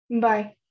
Bye